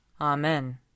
Amen